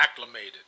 acclimated